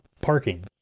parking